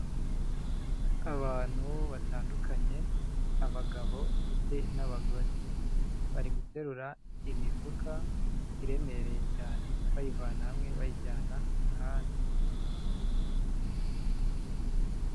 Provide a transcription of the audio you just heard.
Abantu batandukanye abagabo ndetse n'abagore, bari guterura imifuka iremereye cyane, bayivana hamwe bayijyana ahandi.